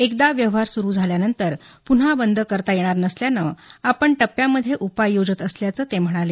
एकदा व्यवहार सुरू झाल्यानंतर पुन्हा बंद करता येणार नसल्यानं आपण टप्प्यामधे उपाय योजत असल्याचं ते म्हणाले